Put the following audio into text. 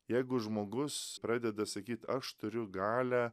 jeigu žmogus pradeda sakyt aš turiu galią